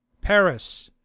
paris,